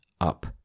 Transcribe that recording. up